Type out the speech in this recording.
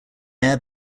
air